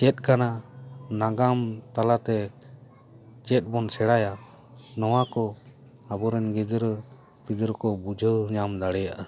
ᱪᱮᱫ ᱠᱟᱱᱟ ᱱᱟᱜᱟᱢ ᱛᱟᱞᱟᱛᱮ ᱪᱮᱫ ᱵᱚᱱ ᱥᱮᱬᱟᱭᱟ ᱱᱚᱣᱟ ᱠᱚ ᱟᱵᱚᱨᱮᱱ ᱜᱤᱫᱽᱨᱟᱹ ᱯᱤᱫᱟᱹᱨ ᱠᱚ ᱵᱩᱡᱷᱟᱹᱣ ᱧᱟᱢ ᱫᱟᱲᱮᱭᱟᱜᱼᱟ